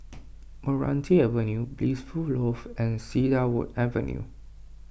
Meranti Avenue Blissful Loft and Cedarwood Avenue